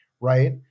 right